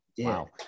Wow